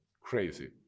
crazy